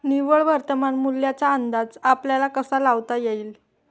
निव्वळ वर्तमान मूल्याचा अंदाज आपल्याला कसा लावता येईल?